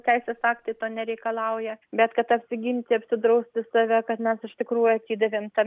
teisės aktai to nereikalauja bet kad apsiginti apsidrausti save kad mes iš tikrųjų atidavėm tą